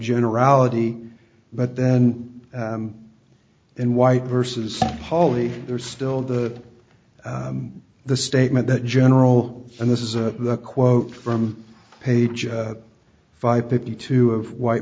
generality but then in white versus poly there's still the the statement that general and this is a quote from pages five fifty two of white